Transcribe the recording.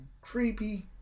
creepy